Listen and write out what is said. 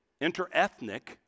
interethnic